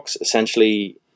essentially